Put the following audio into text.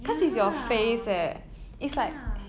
ya ya